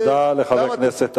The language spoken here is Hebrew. תודה לחבר הכנסת אגבאריה.